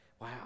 Wow